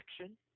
action